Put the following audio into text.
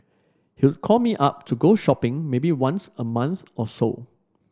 he'll call me up to go shopping maybe once a month or so